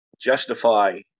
justify